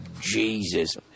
Jesus